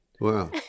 Wow